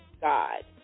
God